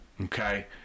okay